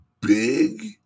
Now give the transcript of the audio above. big